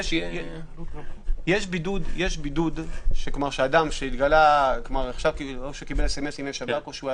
יש בידוד של אדם שקיבל סמסים או שהיה